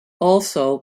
also